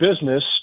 business